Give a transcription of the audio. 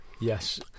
Yes